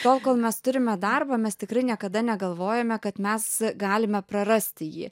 tol kol mes turime darbą mes tikrai niekada negalvojame kad mes galime prarasti jį